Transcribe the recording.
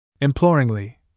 Imploringly